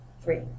Three